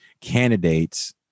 candidates